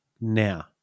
Now